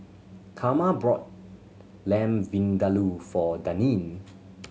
Carma brought Lamb Vindaloo for Daneen